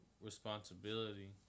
responsibility